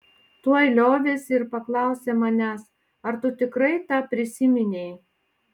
tuoj liovėsi ir paklausė manęs ar tu tikrai tą prisiminei